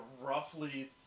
roughly